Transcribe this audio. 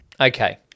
Okay